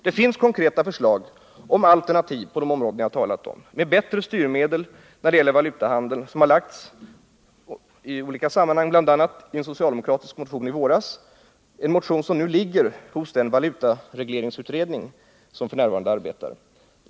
Det finns konkreta förslag om alternativ på de områden som jag har talat om. Det har lagts fram förslag om bättre styrmedel för valutahandeln, bl.a. i en socialdemokratisk motion från i våras, en motion som nu ligger hos den valutaregleringsutredning som f.n. arbetar.